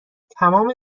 تمام